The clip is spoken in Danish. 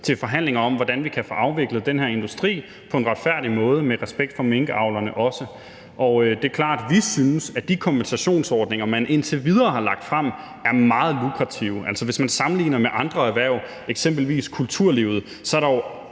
til forhandlinger om, hvordan vi kan få afviklet den her industri på en retfærdig måde og også med respekt for minkavlerne. Det er klart, at vi synes, at de kompensationsordninger, man indtil videre har lagt frem, er meget lukrative. Altså, hvis man sammenligner med andre områder, eksempelvis kulturlivet, så er der